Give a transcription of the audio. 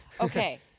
Okay